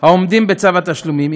העומדים בצו התשלומים,